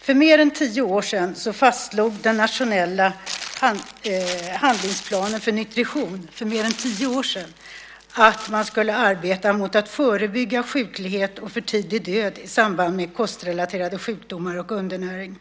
För mer än tio år sedan fastslog den nationella handlingsplanen för nutrition att man skulle arbeta med att förebygga sjuklighet och för tidig död i samband med kostrelaterade sjukdomar och undernäring.